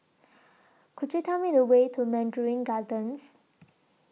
Could YOU Tell Me The Way to Mandarin Gardens